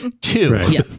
two